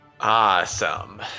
Awesome